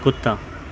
कुत्ता